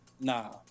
nah